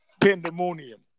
pandemonium